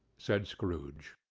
said scrooge.